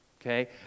Okay